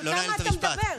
אבל כמה אתה מדבר?